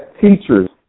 teachers